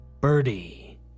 Birdie